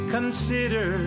Consider